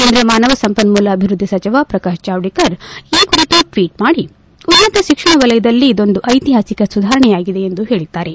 ಕೇಂದ್ರ ಮಾನವ ಸಂಪನ್ಮೂಲ ಅಭಿವೃದ್ಧಿ ಸಚಿವ ಪ್ರಕಾಶ್ ಜಾವಡೇಕರ್ ಈ ಕುರಿತು ಟ್ವೀಟ್ ಮಾಡಿ ಉನ್ನತ ಶಿಕ್ಷಣ ವಲಯದಲ್ಲಿ ಇದೊಂದು ಐತಿಹಾಸಿಕ ಸುಧಾರಣೆಯಾಗಿದೆ ಎಂದು ಹೇಳಿದ್ದಾರೆ